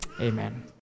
amen